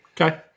Okay